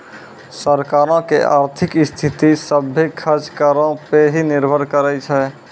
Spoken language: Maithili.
सरकारो के आर्थिक स्थिति, सभ्भे खर्च करो पे ही निर्भर करै छै